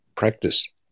practice